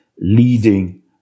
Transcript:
leading